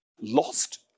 lost